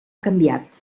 canviat